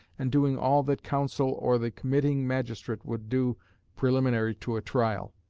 and doing all that counsel or the committing magistrate would do preliminary to a trial.